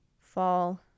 fall